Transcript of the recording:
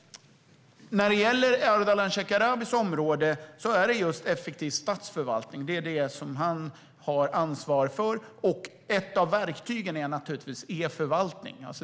Ardalan Shekarabis område är effektiv statsförvaltning; det har han ansvar för. Ett av verktygen är givetvis e-förvaltning.